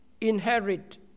inherit